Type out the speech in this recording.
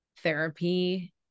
therapy